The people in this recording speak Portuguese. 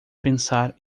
pensar